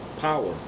power